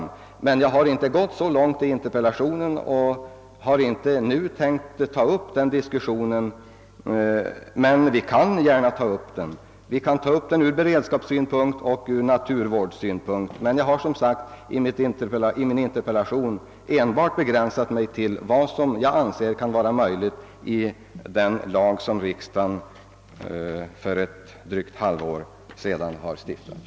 Jag har emellertid inte tagit upp den frågan i interpellationen utan har denna gång begränsat mig till vad som kan vara möjligt att genomföra med det beslut som riksdagen för drygt ett halvår sedan tog.